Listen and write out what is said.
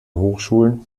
hochschulen